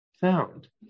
found